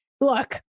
look